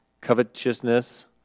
covetousness